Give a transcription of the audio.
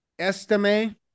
Estime